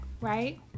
right